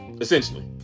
essentially